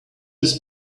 his